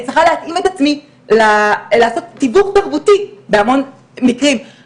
אני צריכה להתאים את עצמי לעשות תיווך תרבותי בהמון מקרים.